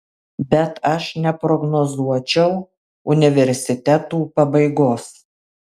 bet aš neprognozuočiau universitetų pabaigos